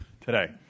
today